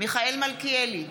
מיכאל מלכיאלי,